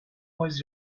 was